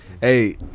Hey